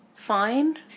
fine